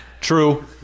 True